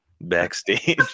backstage